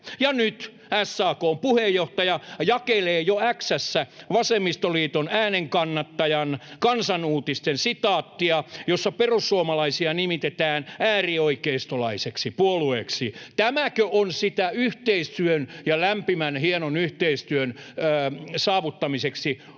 Ja nyt SAK:n puheenjohtaja jakelee jo X:ssä vasemmistoliiton äänenkannattajan Kansan Uutisten sitaattia, jossa perussuomalaisia nimitetään äärioikeistolaiseksi puolueeksi. Tämäkö on sitä yhteistyön ja lämpimän hienon yhteistyön saavuttamiseksi oikeutettua?